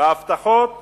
וההבטחות גדולות.